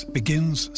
begins